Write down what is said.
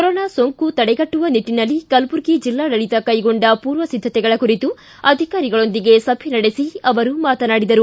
corona ಸೊಂಕು ತಡೆಗಟ್ಟುವ ನಿಟ್ಟಿನಲ್ಲಿ ಕಲಬುರಗಿ ಜಿಲ್ಲಾಡಳಿತ ಕೈಗೊಂಡ ಪೂರ್ವಸಿದ್ದತೆಗಳ ಕುರಿತು ಅಧಿಕಾರಿಗಳೊಂದಿಗೆ ಸಭೆ ನಡೆಸಿ ಅವರು ಮಾತನಾಡಿದರು